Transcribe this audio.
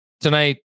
Tonight